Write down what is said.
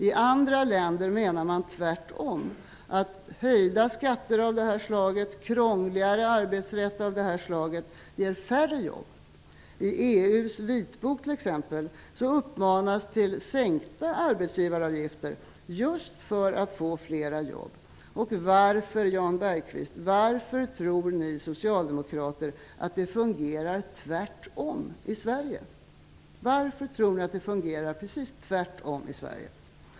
I andra länder menar man tvärtom - att höjda skatter av det här slaget och en krångligare arbetsrätt av det här slaget ger färre jobb. I EU:s vitbok t.ex. uppmanar man till sänkta arbetsgivaravgifter just för att få fler jobb. Varför, Jan Bergqvist, tror ni socialdemokrater att det fungerar precis tvärtom i Sverige?